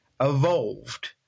evolved